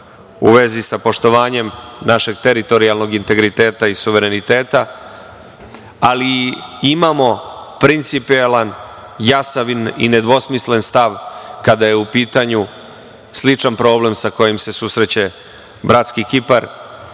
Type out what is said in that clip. u vezi sa poštovanjem našeg teritorijalnog integriteta i suvereniteta, ali imamo principijelan, jasan i nedvosmislen stav kada je u pitanju sličan problem sa kojima se susreće bratski Kipar